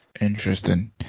Interesting